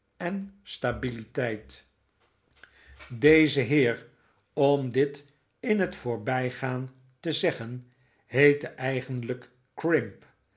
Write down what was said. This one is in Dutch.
en stabiliteit deze heer om dit in het voorbijgaan te zeggen heette eigenlijk crimp